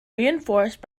reinforced